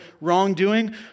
wrongdoing